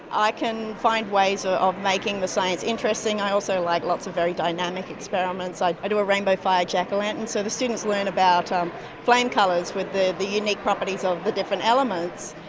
i can find ways ah of making the science interesting. i also like lots of very dynamic experiments. i i do a rainbow fire jack-o-lantern, so the students learn about um flame colours with the the unique properties of the different elements,